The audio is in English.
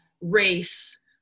race